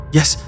Yes